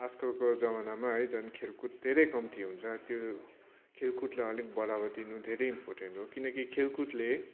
आजकलको जमानामा है झन खेलकुद धेरै कम्ती हुन्छ त्यो खेलकुदलाई अलिक बढावा दिनु धेरै इम्पोर्टेन्ट हो किनकि खेलकुदले